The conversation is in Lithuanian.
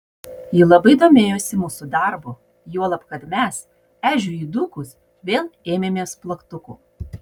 ji labai domėjosi mūsų darbu juolab kad mes ežiui įdūkus vėl ėmėmės plaktukų